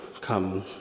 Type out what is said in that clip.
come